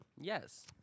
Yes